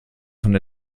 von